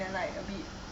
then like a bit sian